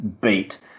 beat